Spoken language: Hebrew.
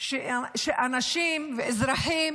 שאנשים ואזרחים